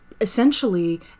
essentially